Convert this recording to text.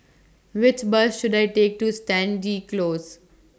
Which Bus should I Take to Stangee Close